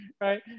right